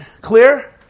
clear